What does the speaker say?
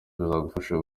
bizagufasha